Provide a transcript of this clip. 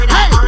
Hey